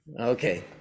okay